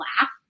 laugh